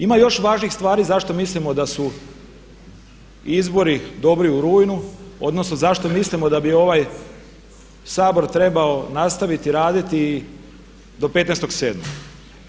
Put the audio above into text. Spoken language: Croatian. Ima još važnih stvari zašto mislimo da su izbori dobri u rujnu, odnosno zašto mislimo da bi ovaj Sabor trebao nastaviti raditi i do 15.07.